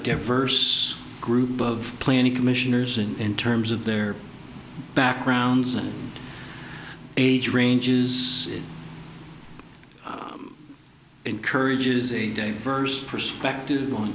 diverse group of planning commissioners in terms of their backgrounds and age ranges it encourages a de verse perspective on